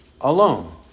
alone